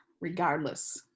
regardless